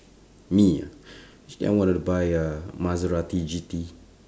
me ah I want to buy a maserati G_T